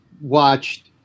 watched